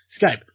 Skype